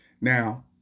Now